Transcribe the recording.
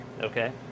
Okay